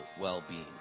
well-being